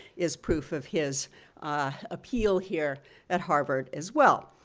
is proof of his appeal here at harvard as well.